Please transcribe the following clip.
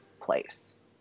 place